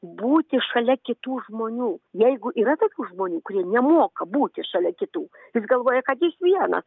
būti šalia kitų žmonių jeigu yra tokių žmonių kurie nemoka būti šalia kitų jis galvoja kad jis vienas